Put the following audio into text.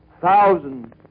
thousands